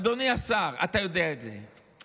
אדוני השר, אתה יודע את זה.